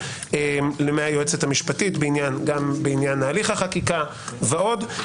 מהיועצת המשפטית גם בעניין הליך החקיקה ועוד.